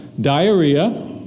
diarrhea